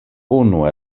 unu